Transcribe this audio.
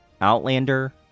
Outlander